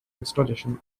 installation